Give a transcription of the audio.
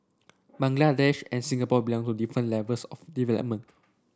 Bangladesh and Singapore belong to different levels of development